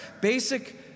basic